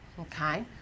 Okay